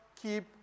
keep